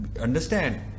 understand